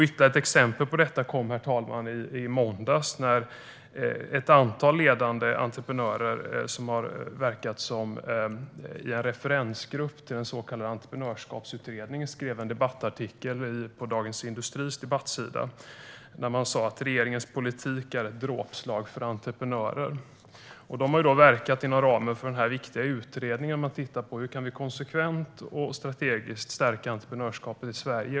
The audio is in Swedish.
Ytterligare ett exempel på detta, herr talman, kom i måndags när ett antal ledande entreprenörer, som har verkat som referensgrupp för den så kallade Entreprenörskapsutredningen, skrev en debattartikel på Dagens industris debattsida och sa att regeringens politik är ett dråpslag för entreprenörer. De har verkat inom ramen för den viktiga utredning där man tittat på hur vi konsekvent och strategiskt kan stärka entreprenörskapet i Sverige.